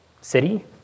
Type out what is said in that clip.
city